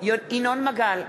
ינון מגל,